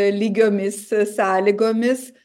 lygiomis sąlygomis